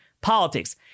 politics